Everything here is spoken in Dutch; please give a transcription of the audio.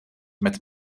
met